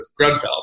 Grunfeld